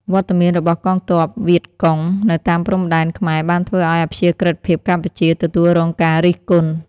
វត្តមានរបស់កងទ័ពវៀតកុងនៅតាមព្រំដែនខ្មែរបានធ្វើឱ្យអព្យាក្រឹតភាពកម្ពុជាទទួលរងការរិះគន់។